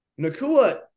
Nakua